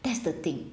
that's the thing